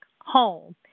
home